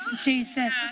Jesus